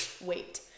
wait